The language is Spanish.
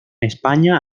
españa